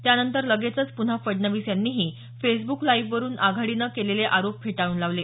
त्यानंतर लगेचचं पुन्हा फडणवीस यांनीही फेसबुक लाईव्हवरून आघाडीनं केलेले आरोप फेटाळून लावले